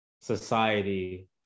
society